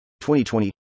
2020